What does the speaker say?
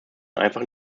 einfach